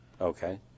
okay